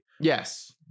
Yes